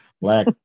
black